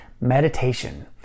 meditation